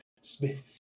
Smith